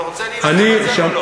אתה רוצה להילחם על זה או לא?